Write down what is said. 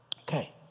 Okay